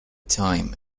time